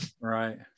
Right